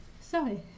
sorry